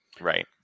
Right